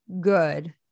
good